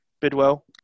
Bidwell